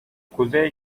kuzey